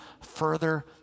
further